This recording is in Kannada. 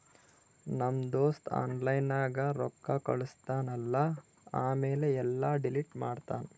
ನಮ್ ದೋಸ್ತ ಆನ್ಲೈನ್ ನಾಗ್ ರೊಕ್ಕಾ ಕಳುಸ್ತಾನ್ ಅಲ್ಲಾ ಆಮ್ಯಾಲ ಎಲ್ಲಾ ಡಿಲೀಟ್ ಮಾಡ್ತಾನ್